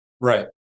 Right